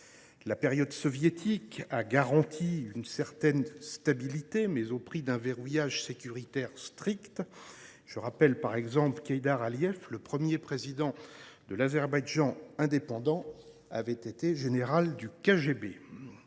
La période soviétique a garanti une certaine stabilité, mais au prix d’un verrouillage sécuritaire strict. Je rappelle qu’Heydar Aliev, premier président de l’Azerbaïdjan indépendant, avait été général du KGB